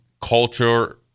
culture